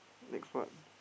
next one